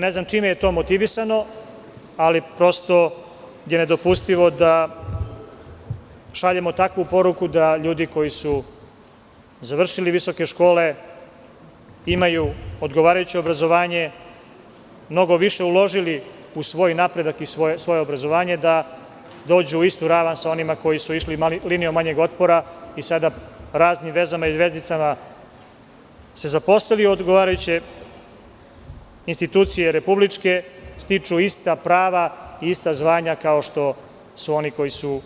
Ne znam čime je to motivisano, ali prosto je nedopustivo da šaljemo takvu poruku da ljudi koji su završili visoke škole, koji imaju odgovarajuće obrazovanje, koji su mnogo više uložili u svoj napredak i svoje obrazovanje da dođu u istu ravan sa onima koji su išli linijom manjeg otpora i sa raznim vezama i vezicama se zaposlili u odgovarajuće republičke institucije, stiču ista prava i ista zvanja kao što su oni koji su